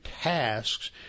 tasks